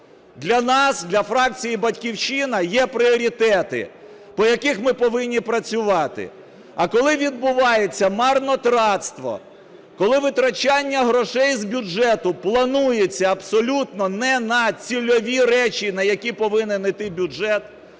Для нас, для фракції "Батьківщина" є пріоритети, по яких ми повинні працювати. А коли відбувається марнотратство, коли витрачання грошей з бюджету планується абсолютно не на цільові речі, на які повинен іти бюджет,